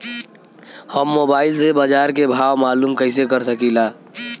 हम मोबाइल से बाजार के भाव मालूम कइसे कर सकीला?